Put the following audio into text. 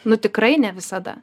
nu tikrai ne visada